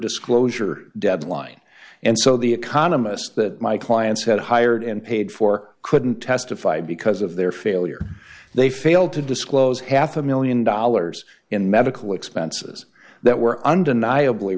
disclosure deadline and so the economist that my clients had hired and paid for couldn't testify because of their failure they failed to disclose half a one million dollars in medical expenses that were undeniably